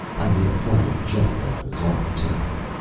i made a flying jump and i was on the tower.